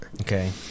Okay